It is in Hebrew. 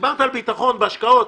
אתם דיברתם על ביטחון בהשקעות.